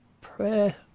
prayer